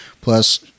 plus